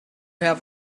have